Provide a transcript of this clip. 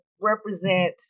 represent